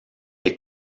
est